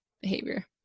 behavior